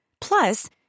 Plus